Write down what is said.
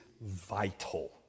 vital